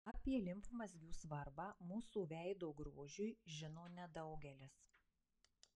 apie limfmazgių svarbą mūsų veido grožiui žino nedaugelis